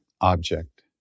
object